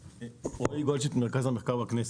רועי גולדשמידט, מרכז המחקר בכנסת.